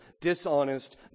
dishonest